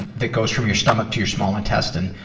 that goes from your stomach to your small intestine,